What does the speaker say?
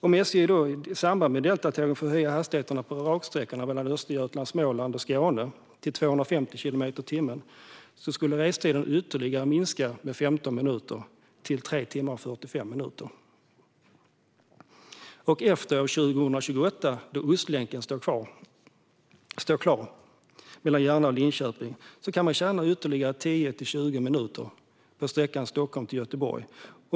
Om SJ i samband med de nya Deltatågen får höja hastigheten på raksträckorna genom Östergötland, Småland och Skåne till 250 kilometer i timmen skulle restiden minska med ytterligare 15 minuter till 3 timmar och 45 minuter. Efter 2028, då Ostlänken mellan Järna och Linköping står klar, kan man tjäna ytterligare 10-20 minuter på sträckan Stockholm-Malmö.